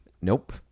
Nope